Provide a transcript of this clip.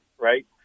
right